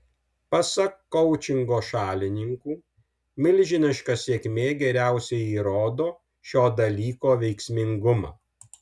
pasak koučingo šalininkų milžiniška sėkmė geriausiai įrodo šio dalyko veiksmingumą